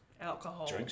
alcohol